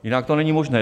Jinak to není možné.